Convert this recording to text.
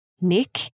Nick